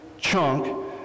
chunk